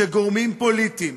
שגורמים פוליטיים